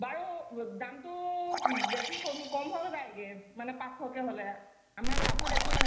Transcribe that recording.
বাৰু দামটো বেছি কম কম হৈ যায়গৈ মানে পাঁচশকৈ হ'লে আমাৰ লাভত একো